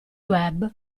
web